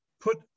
put